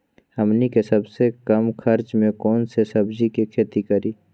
हमनी के सबसे कम खर्च में कौन से सब्जी के खेती करी?